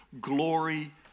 glory